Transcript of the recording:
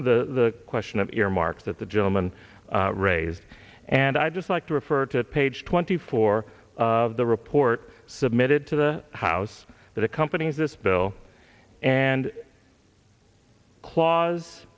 the question of earmarks that the gentleman raised and i just like to refer to page twenty four of the report submitted to the house that accompanies this bill and cla